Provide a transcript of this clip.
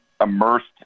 immersed